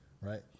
Right